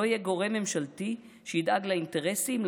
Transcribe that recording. לא יהיה גורם ממשלתי שידאג לאינטרסים,